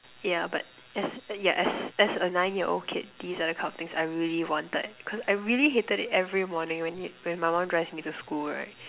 yeah but as yeah as as a nine year old kid this are the kind of things I really wanted cause I really hated it every morning when when my mum drives me to school right